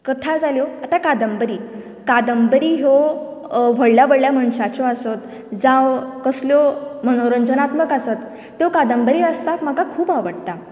कथा जाल्यो आतां कादंबरी कादंबरी ह्यो व्हडल्या व्हडल्या मनशाच्यो आसत जावं कसल्योय मनोरंजनात्मक आसत त्यो कादंबरी वाचपाक म्हाका खूब आवडटा